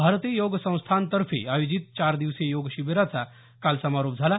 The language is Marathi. भारतीय योग संस्थानतर्फे आयोजित चार दिवसीय योग शिबीराचा समारोप काल झाला